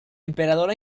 emperador